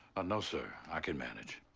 no, sir, i can manage.